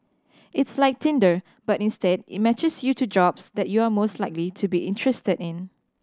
it's like Tinder but instead it matches you to jobs that you are most likely to be interested in